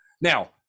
Now